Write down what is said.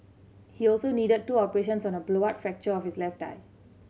he also needed two operations on a blowout fracture of his left eye